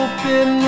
Open